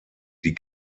die